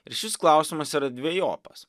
ir šis klausimas yra dvejopas